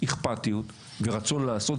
אכפתיות ורצון לעשות,